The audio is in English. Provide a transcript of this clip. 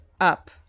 up